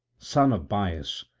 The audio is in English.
son of bias,